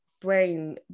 brain